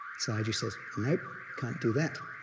sayagyi says, nope, can't do that.